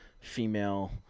female